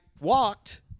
walked